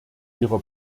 ihrer